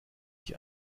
ich